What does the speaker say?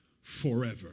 forever